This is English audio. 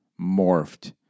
morphed